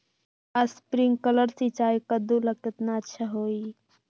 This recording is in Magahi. स्प्रिंकलर सिंचाई कददु ला केतना अच्छा होई?